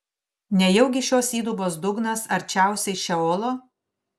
nejaugi šios įdubos dugnas arčiausiai šeolo